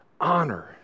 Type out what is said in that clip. honor